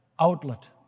outlet